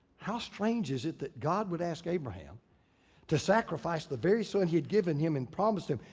how strange is it that god would ask abraham to sacrifice the very son he'd given him and promised him.